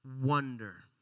wonder